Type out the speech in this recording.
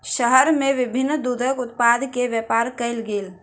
शहर में विभिन्न दूधक उत्पाद के व्यापार कयल गेल